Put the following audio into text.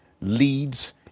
leads